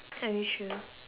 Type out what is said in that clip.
are you sure